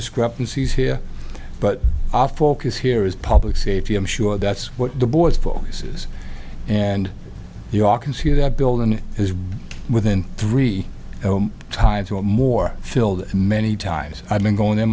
discrepancies here but off focus here is public safety i'm sure that's what the boys voices and you all can see that building is within three times or more filled many times i've been going there